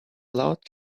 loud